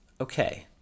okay